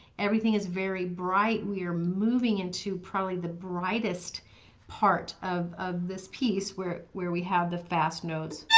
everything is very bright, we are moving into probably the brightest part of of this piece where where we have the fast notes.